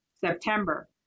September